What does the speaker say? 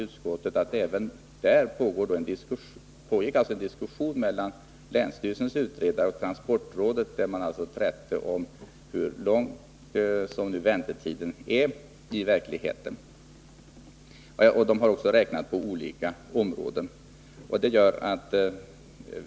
Det pågick alltså en diskussion mellan länsstyrelsens utredare och transportrådet, där man trätte om hur lång väntetiden är i verkligheten. Man har också räknat på olika områden.